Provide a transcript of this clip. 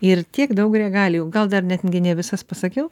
ir tiek daug regalijų gal dar net gi ne visas pasakiau